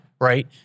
right